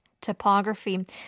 topography